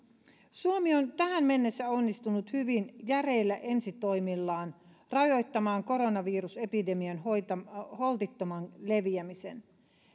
suomi on tähän mennessä onnistunut hyvin järeillä ensitoimillaan rajoittamaan koronavirusepidemian holtittoman leviämisen